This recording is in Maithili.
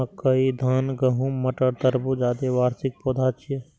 मकई, धान, गहूम, मटर, तरबूज, आदि वार्षिक पौधा छियै